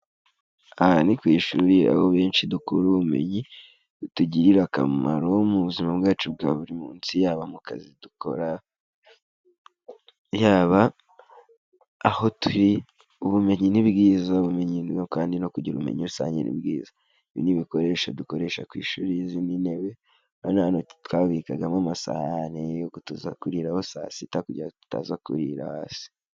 Aha ni ku ishuri aho benshi dukura ubumenyi, butugirira akamaro mu buzima bwacu bwa buri munsi yaba mu kazi dukora, yaba aho turi, ubumenyi ni bwiza, ubumenyi kandi no kugira ubumenyi rusange ni bwiza. Ibi ni ibikoresho dukoresha ku ishuri, izi ni intebe, urabona twabikagamo amasahani yo tuza kuriraho saa sita kugira ngo tutaza kura hasi.